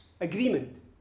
agreement